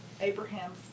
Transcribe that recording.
Abraham's